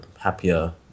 happier